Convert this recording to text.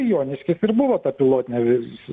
joniškis ir buvo ta pilotinė viz